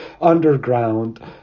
underground